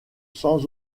sans